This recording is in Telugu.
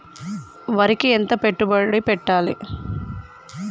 వరికి ఎంత పెట్టుబడి పెట్టాలి?